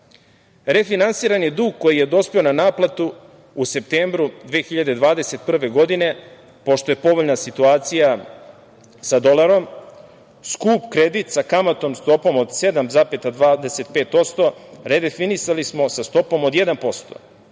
Refinansiran je dug koji je dospeo na naplatu u septembru 2021. godine, pošto je povoljna situacija sa dolarom. Skup kredit sa kamatnom stopom od 7,25% redefinisali smo sa stopom od 1%.